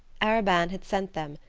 arobin had sent them,